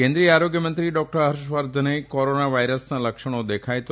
કેન્દ્રીય આરોગ્યમંત્રી ડોક્ટર હર્ષ વર્ધને કોરોના વાયરસના લક્ષણો દેખાય તો